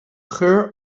geur